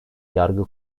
yargı